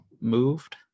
moved